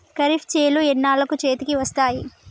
ఖరీఫ్ చేలు ఎన్నాళ్ళకు చేతికి వస్తాయి?